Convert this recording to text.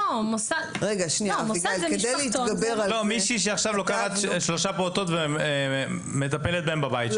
מישהי שעכשיו לוקחת שלוש פעוטות ומטפלת בהן בבית שלה.